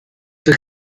oder